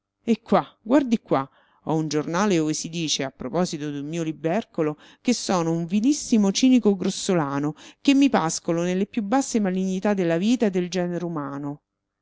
e qua guardi qua ho un giornale ove si dice a proposito d'un mio libercolo che sono un vilissimo cinico grossolano che mi pascolo nelle più basse malignità della vita e del genere umano